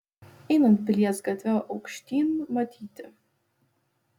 einant pilies gatve aukštyn matyti